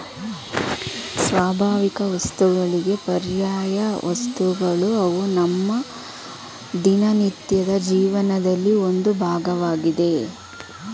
ಸ್ವಾಭಾವಿಕವಸ್ತುಗಳಿಗೆ ಪರ್ಯಾಯವಸ್ತುಗಳು ಅವು ನಮ್ಮ ದಿನನಿತ್ಯದ ಜೀವನದಲ್ಲಿ ಒಂದು ಭಾಗವಾಗಿದೆ